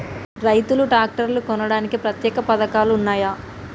రైతులు ట్రాక్టర్లు కొనడానికి ప్రత్యేక పథకాలు ఉన్నయా?